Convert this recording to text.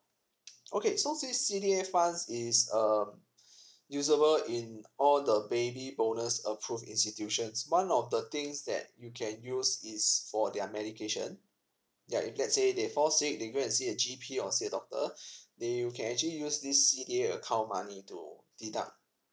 okay so since C_D_A fund is um usable in all the baby bonus approved institutions one of the things that you can use is for their medication ya if let's say they fall sick they go and see a G_P or say doctor then you can actually use this C_D_A account money to deduct